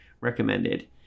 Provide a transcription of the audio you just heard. recommended